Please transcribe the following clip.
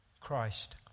Christ